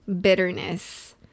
bitterness